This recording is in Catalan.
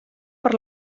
per